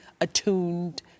attuned